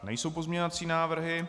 Nejsou pozměňovací návrhy.